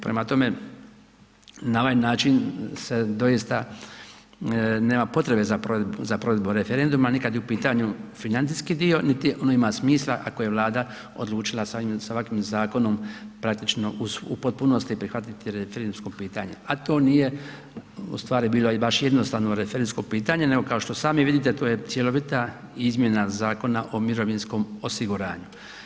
Prema tome, na ovaj način se doista nema potrebe za provedbu referenduma, ni kad je u pitanju financijski dio niti ono ima smisla ako je Vlada odlučila sa ovakvim zakonom praktično u potpunosti prihvatiti referendumsko pitanje, a to nije u stvari bilo i baš jednostavno referendumsko pitanje, nego kao što sami vidite to je cjelovita izmjena Zakona o mirovinskom osiguranju.